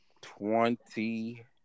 twenty